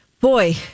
boy